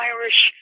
Irish